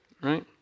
right